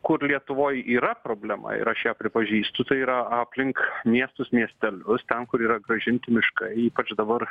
kur lietuvoj yra problema ir aš ją pripažįstu tai yra aplink miestus miestelius ten kur yra grąžinti miškai ypač dabar